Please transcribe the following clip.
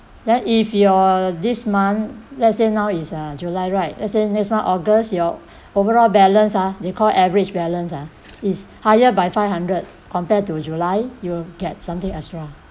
then if your this month let's say now is uh july right let's say next one august your overall balance ah they call average balance ah is higher by five hundred compared to july you'll get something extra